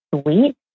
sweet